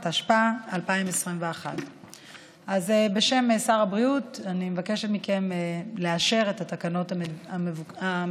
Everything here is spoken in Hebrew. התשפ"א 2021. בשם שר הבריאות אני מבקשת מכם לאשר את התקנות המתבקשות.